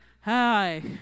hi